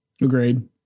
Agreed